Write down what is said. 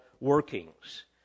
workings